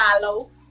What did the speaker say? Follow